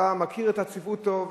אתה מכיר את הצפיפות טוב,